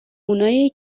اونای